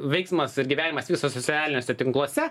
veiksmas ir gyvenimas vyksta socialiniuose tinkluose